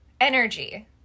energy